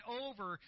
over